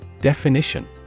Definition